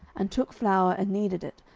and took flour, and kneaded it,